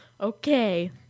Okay